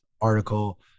article